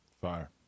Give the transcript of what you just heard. Fire